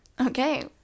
Okay